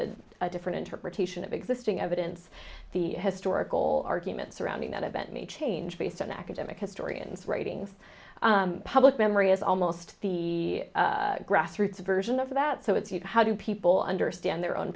is a different interpretation of existing evidence the historical argument surrounding that event may change based on academic historians writings public memory is almost the grassroots version of that so it's you know how do people understand their own